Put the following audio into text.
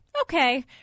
Okay